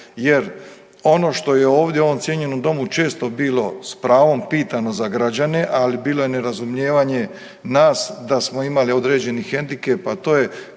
jer ono što je ovdje u ovom cijenjenom domu često bilo s pravom pitano za građane, ali bilo je nerazumijevanje nas da smo imali određeni hendikep, a to je